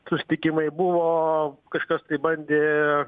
susitikimai buvo kažkas tai bandė